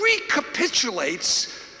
recapitulates